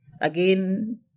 again